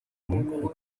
мөнгө